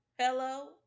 Hello